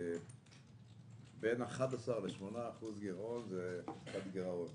בין 11% ל-8% גירעון זה חתיכת גירעון.